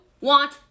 want